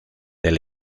del